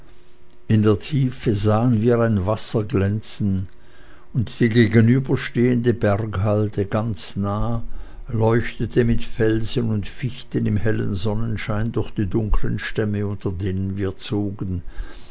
in der tiefe sahen wir ein wasser glänzen und die gegenüberstehende berghalde ganz nah leuchtete mit felsen und fichten im hellen sonnenscheine durch die dunklen stämme unter denen wir zogen